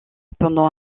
pendant